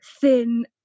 thin